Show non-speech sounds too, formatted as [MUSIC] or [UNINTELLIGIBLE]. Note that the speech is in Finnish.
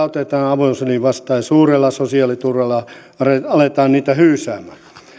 [UNINTELLIGIBLE] otetaan avosylin vastaan ja suurella sosiaaliturvalla aletaan niitä hyysäämään